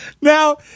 Now